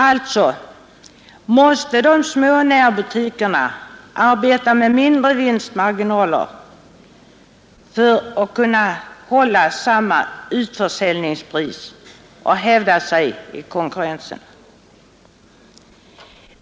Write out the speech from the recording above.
Alltså måste de små närbutikerna arbeta med mindre vinstmarginaler för att kunna hålla samma försäljningspris och hävda sig i konkurrensen.